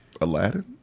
Aladdin